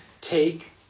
take